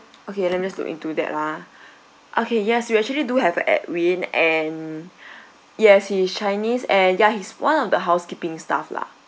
okay let me just look into that ah okay yes we actually do have a edwin and yes he is chinese and ya he's one of the housekeeping staff lah